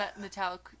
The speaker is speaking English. metallic